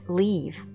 leave